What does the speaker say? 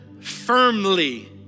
firmly